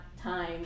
time